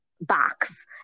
box